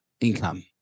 income